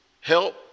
help